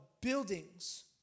buildings